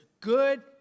good